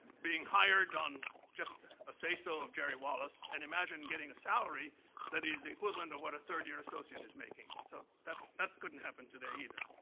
being hired on just a say-so of jerry wallace, and imagine getting a salary that is the equivalent of what a third-year associate is making. so that that couldn't happen today either.